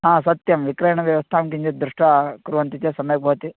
आं सत्यं विक्रयणव्यवस्थां किञ्चित् दृष्ट्वा कुर्वन्ति चेत् सम्यक् भवति